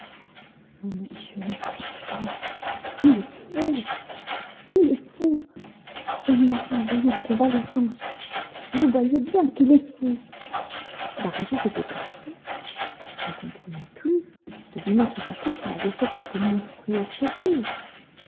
monsieur le président il est fou il est fou on nous l'avait envoyé en convalescence vous voyez bien qu'il est fou varajou s'était assis ne comprenant plus devinant tout à coup qu'il avait fait quelque monstrueuse sottise